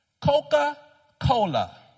Coca-Cola